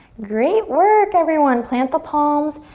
great work everyone! plant the palms,